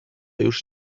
już